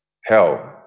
hell